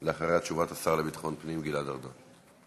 אחריה, תשובת השר לביטחון פנים גלעד ארדן.